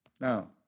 Now